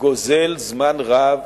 זה גוזל זמן רב